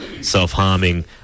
self-harming